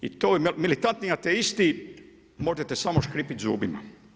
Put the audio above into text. I to militantni ateisti, možete samo škripit zubima.